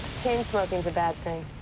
chain smoking's a bad thing.